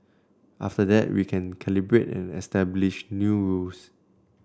after that we can calibrate and establish new rules